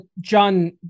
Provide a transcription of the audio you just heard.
John